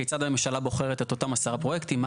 כיצד הממשלה בוחרת את אותם 10 פרויקטים.